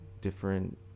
different